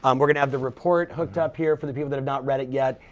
um we're gonna have the report hooked up here for the people that have not read it yet.